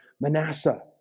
Manasseh